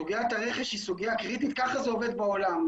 סוגיית הרכש היא סוגיה קריטית, ככה זה עובד בעולם.